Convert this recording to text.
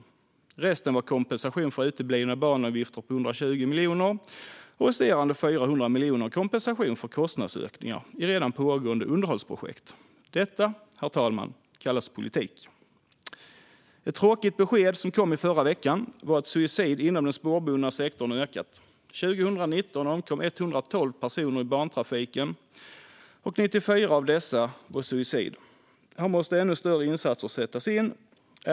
Av resterande summa var 120 miljoner kompensation för uteblivna banavgifter och 400 miljoner kompensation för kostnadsökningar i redan pågående underhållsprojekt. Detta, herr talman, kallas politik. Ett tråkigt besked som kom förra veckan var att suicid inom den spårbundna sektorn ökat. År 2019 omkom 112 personer i bantrafiken, och i 94 av dessa fall var orsaken suicid. Här måste ännu större insatser sättas in.